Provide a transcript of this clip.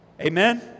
Amen